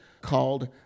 called